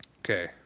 Okay